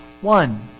one